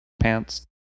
pants